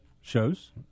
shows